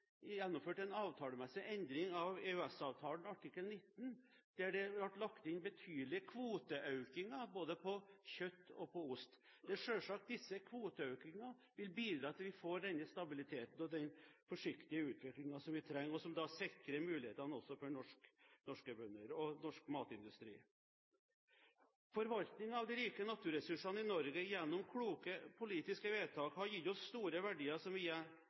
avtalemessig endring av EØS-avtalen, artikkel 19, der det ble lagt inn betydelige kvoteøkninger både på kjøtt og på ost. Det er selvsagt disse kvoteøkningene som vil bidra til at vi får denne stabiliteten og den forsiktige utviklingen som vi trenger, og som da sikrer mulighetene også for norske bønder og norsk matindustri. Forvaltningen av de rike naturressursene i Norge gjennom kloke politiske vedtak har gitt oss store verdier som vi